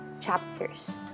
chapters